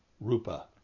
Rupa